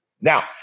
Now